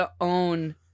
own